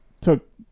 took